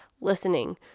listening